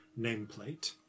nameplate